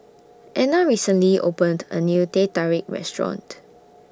Anna recently opened A New Teh Tarik Restaurant